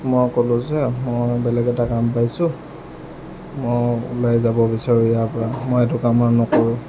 মই ক'লোঁ যে মই বেলেগ এটা কাম পাইছোঁ মই ওলাই যাব বিচাৰোঁ ইয়াৰ পৰা মই এইটো কাম আৰু নকৰোঁ